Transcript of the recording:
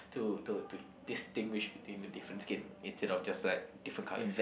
to to to distinguish between the different skin instead of just like different colours